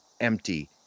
empty